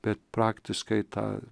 bet praktiškai tą